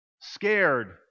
Scared